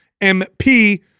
m-p